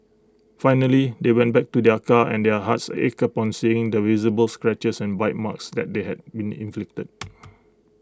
finally they went back to their car and their hearts ached upon seeing the visible scratches and bite marks that they had been inflicted